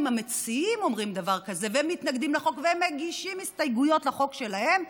אם המציעים אומרים דבר כזה ומתנגדים לחוק ומגישים הסתייגויות לחוק שלהם,